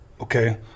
Okay